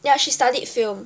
ya she studied film